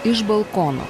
iš balkono